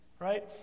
Right